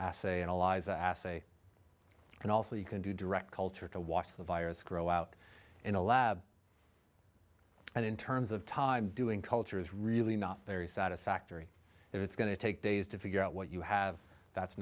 assaye and also you can do direct culture to watch the virus grow out in a lab and in terms of time doing culture is really not very satisfactory it's going to take days to figure out what you have that's